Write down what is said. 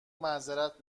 معذرت